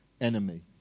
enemy